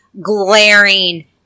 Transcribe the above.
glaring